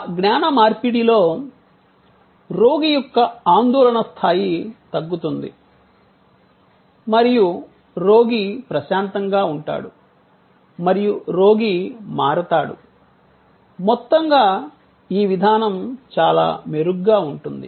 ఆ జ్ఞాన మార్పిడిలో రోగి యొక్క ఆందోళన స్థాయి తగ్గుతుంది మరియు రోగి ప్రశాంతంగా ఉంటాడు మరియు రోగి మారతాడు మొత్తంగా ఈ విధానం చాలా మెరుగ్గా ఉంటుంది